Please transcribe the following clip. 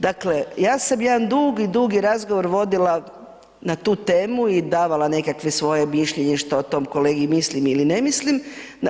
Dakle, ja sam jedan dugi, dugi razgovor vodila na tu temu i davala nekakvo svoje mišljenje što o tom kolegi mislim ili ne mislim.